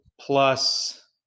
plus